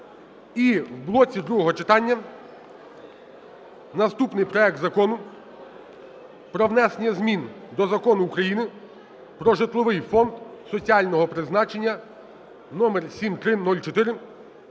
І в блоці другого читання наступний проект Закону про внесення змін до Закону України "Про житловий фонд соціального призначення" № 7304.